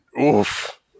Oof